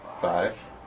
five